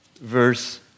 verse